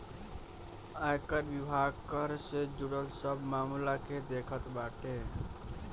आयकर विभाग कर से जुड़ल सब मामला के देखत बाटे